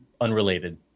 unrelated